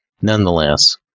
Nonetheless